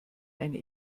eine